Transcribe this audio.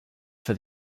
for